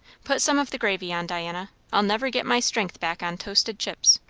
put some of the gravy on, diana. i'll never get my strength back on toasted chips.